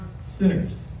sinners